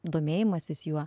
domėjimasis juo